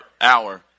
Hour